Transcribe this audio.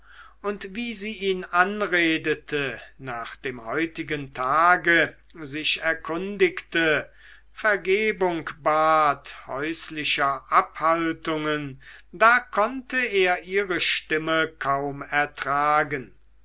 und wie sie ihn anredete nach dem heutigen tage sich erkundigte vergebung bat häuslicher abhaltungen da konnte er ihre stimme kaum ertragen